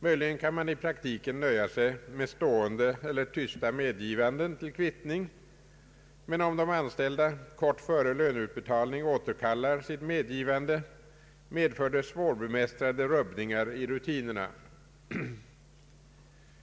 Möjligen kan man i praktiken nöja sig med stående eller tysta medgivanden till kvittning, men om de anställda kort före löneutbetalningen återkallar sitt medgivande, medför det svårbemästrade rubbningar i rutinerna.